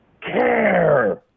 care